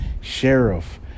Sheriff